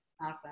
awesome